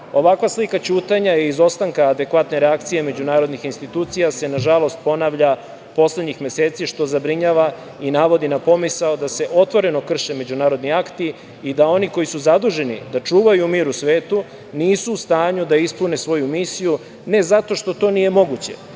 Ovakva slika ćutanja i izostanka adekvatne reakcije međunarodnih institucija se, nažalost, ponavlja poslednjih meseci, što zabrinjava i navodi na pomisao da se otvoreno krše međunarodni akti i da oni koji su zaduženi da čuvaju mir u svetu nisu u stanju da ispune svoju misiju, ne zato što to nije moguće,